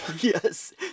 yes